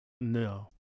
no